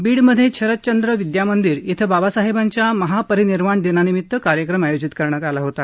बीडमधे शरदचंद्र विद्या मंदिर श्वे बाबासाहेबांच्या महापरिनिर्वाण दिनानिमित्त कार्यक्रम आयोजित करण्यात आला होता